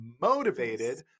motivated